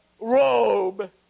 robe